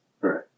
Right